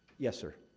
yes, sir?